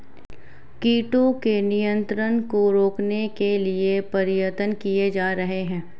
कीटों के नियंत्रण को रोकने के लिए प्रयत्न किये जा रहे हैं